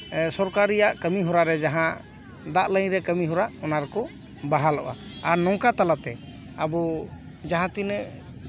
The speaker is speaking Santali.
ᱥᱚᱨᱠᱟᱨ ᱨᱮᱭᱟᱜ ᱠᱟᱹᱢᱤ ᱦᱚᱨᱟ ᱨᱮ ᱡᱟᱦᱟᱸ ᱫᱟᱜ ᱞᱟᱹᱭᱤᱱ ᱨᱮ ᱠᱟᱹᱢᱤ ᱦᱚᱨᱟ ᱚᱱᱟ ᱨᱮᱠᱚ ᱵᱟᱦᱟᱞᱚᱜᱼᱟ ᱟᱨ ᱱᱚᱝᱠᱟ ᱛᱟᱞᱟᱛᱮ ᱟᱹᱵᱩ ᱡᱟᱦᱟᱸ ᱛᱤᱱᱟᱹᱜ